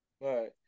right